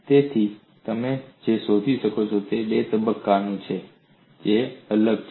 તેથી તમે જે શોધો છો તે બે જથ્થાઓ છે જે અલગ છે